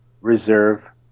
reserve